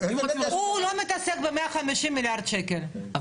הוא לא מתעסק ב-150 מיליארד שקל, בסדר?